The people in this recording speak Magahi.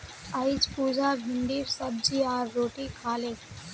अईज पुजा भिंडीर सब्जी आर रोटी खा ले